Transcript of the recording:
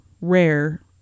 rare